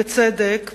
בצדק,